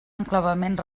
enclavament